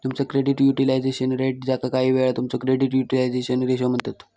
तुमचा credit utilisation rate, ज्याका काहीवेळा तुमचो क्रेडिट युटिलायझेशन रेशो म्हणतत